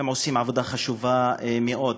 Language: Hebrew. עושים עבודה חשובה מאוד.